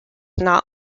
not